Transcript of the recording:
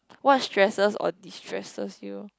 what stresses or destresses you